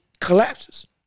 collapses